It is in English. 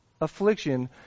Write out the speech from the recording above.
affliction